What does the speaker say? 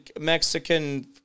Mexican